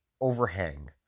overhang